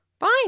Fine